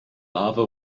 lava